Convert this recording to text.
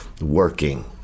working